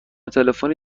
تلفنی